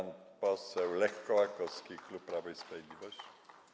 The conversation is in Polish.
Pan poseł Lech Kołakowski, klub Prawo i Sprawiedliwość.